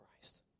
Christ